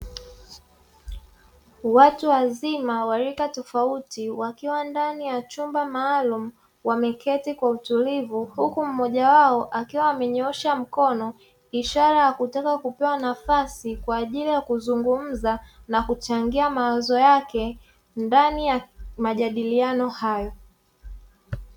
Watu wazima walika tofauti tofuti wakiwa ndani ya chumba maluumu wameketi kwa utulivu, huku mmoja wao akiwa amenyoosha mkono ishara ya kutaka kupewa nafasi kwa ajili ya kuzungumza nakuchangia mawazo yake ndani ya majadiliano hayo.